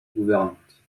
gouvernante